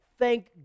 Thank